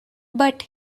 but